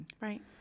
Right